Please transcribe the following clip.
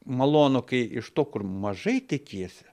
malonu kai iš to kur mažai tikiesi